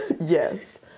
yes